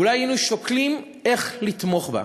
אולי היינו שוקלים איך לתמוך בו.